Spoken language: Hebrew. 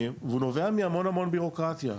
והוא נובע מהמון המון בירוקרטיה.